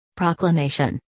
Proclamation